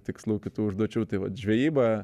tikslų kitų užduočių tai vat žvejyba